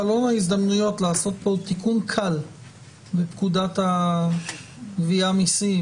חלון ההזדמנויות לעשות כאן תיקון קל בפקודת הגבייה (מסים)